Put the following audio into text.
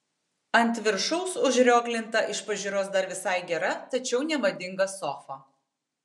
ant viršaus užrioglinta iš pažiūros dar visai gera tačiau nemadinga sofa